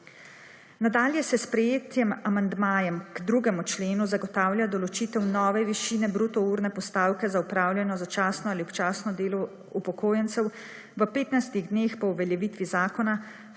Nadalje s sprejetjem amandmajev k 2. členu zagotavlja določitev nove višine bruto urne postavke za opravljeno začasno ali občasno delo upokojencev v 15. dneh po uveljavitvi zakona,